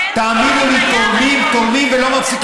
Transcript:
תאמינו לי, תורמים, תורמים ולא מפסיקים לתרום,